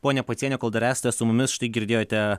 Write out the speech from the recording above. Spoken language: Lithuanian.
ponia pociene kol dar esate su mumis štai girdėjote